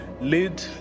lead